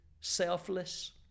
selfless